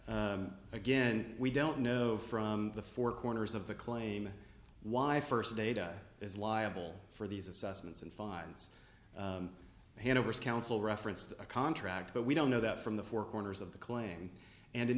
g again we don't know from the four corners of the claim why first data is liable for these assessments and finds hanover's council referenced a contract but we don't know that from the four corners of the claim and in